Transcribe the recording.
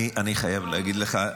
אני חייב להגיד לך,